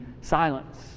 silence